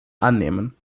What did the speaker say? annehmen